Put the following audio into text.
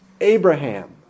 Abraham